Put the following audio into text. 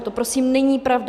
To prosím není pravda.